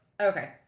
Okay